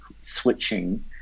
switching